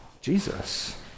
Jesus